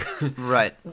right